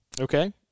Okay